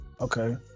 Okay